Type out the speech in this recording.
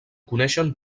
coneixen